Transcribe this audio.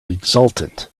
exultant